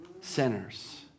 sinners